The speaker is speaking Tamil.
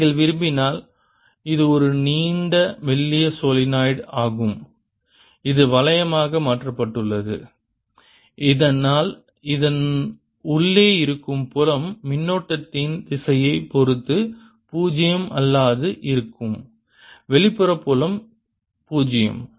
நீங்கள் விரும்பினால் இது ஒரு நீண்ட மெல்லிய சோலனாய்டு ஆகும் இது வளையமாக மாற்றப்பட்டுள்ளது இதனால் இதன் உள்ளே இருக்கும் புலம் மின்னோட்டத்தின் திசையைப் பொறுத்து பூஜ்ஜியம் அல்லாது இருக்கும் வெளிப்புற புலம் 0